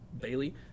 Bailey